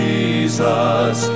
Jesus